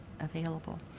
available